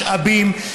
משאבים,